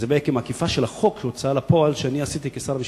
וזו בעצם עקיפה של חוק ההוצאה לפועל שעשיתי כשר המשפטים,